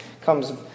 comes